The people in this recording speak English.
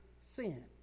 sin